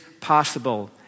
possible